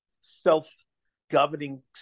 self-governing